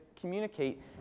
communicate